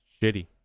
shitty